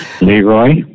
Leroy